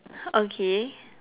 okay